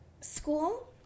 school